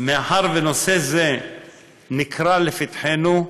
מאחר שנושא זה נקרא לפתחנו,